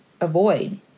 avoid